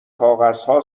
کاغذها